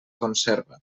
conserva